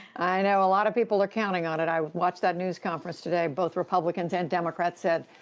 i know a lot of people are counting on it. i watched that news conference today. both republicans and democrats said,